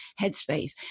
headspace